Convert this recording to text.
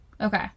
okay